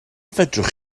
fedrwch